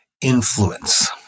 Influence